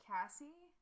Cassie